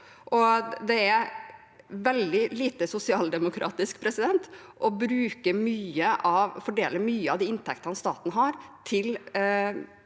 Det er veldig lite sosialdemokratisk å fordele mye av de inntektene staten har, til